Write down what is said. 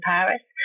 Paris